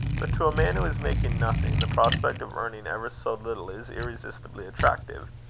but to a man who is making nothing, the prospect of earning ever so little, is irresistibly attractive.